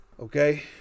Okay